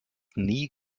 nie